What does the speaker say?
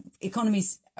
economies